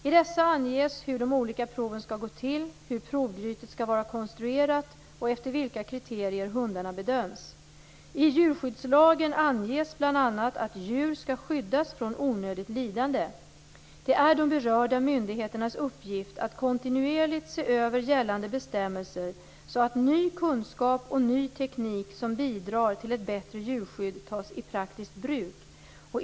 I dessa anges hur de olika proven skall gå till, hur provgrytet skall vara konstruerat och efter vilka kriterier hundarna bedöms. I djurskyddslagen anges bl.a. att djur skall skyddas från onödigt lidande. Det är de berörda myndigheternas uppgift att kontinuerligt se över gällande bestämmelser så att ny kunskap och ny teknik som bidrar till ett bättre djurskydd tas i praktiskt bruk.